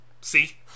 See